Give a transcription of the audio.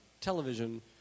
television